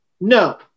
No